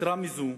יתירה מזאת,